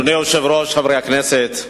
אדוני היושב-ראש, חברי הכנסת,